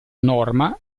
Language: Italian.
norma